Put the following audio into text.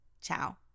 Ciao